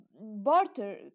barter